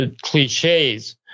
cliches